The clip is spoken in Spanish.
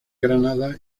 granada